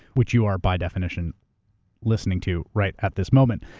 which you are by definition listening to right at this moment.